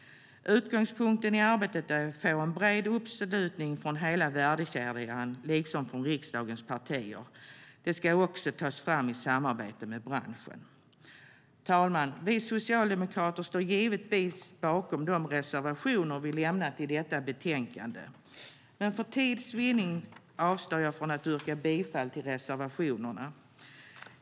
Utgångspunkten i arbetet är att få en bred uppslutning från hela värdekedjan liksom från riksdagens partier. Det ska också tas fram i samarbete med branschen. Herr talman! Vi socialdemokrater står givetvis bakom de reservationer vi lämnat i detta betänkande. Men för tids vinnande avstår jag från att yrka bifall till reservationerna.